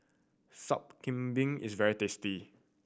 Sup Kambing is very tasty